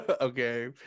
okay